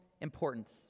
importance